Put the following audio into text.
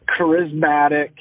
charismatic